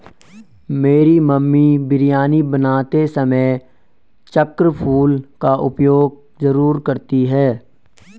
मेरी मम्मी बिरयानी बनाते समय चक्र फूल का उपयोग जरूर करती हैं